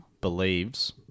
believes